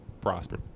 Prosper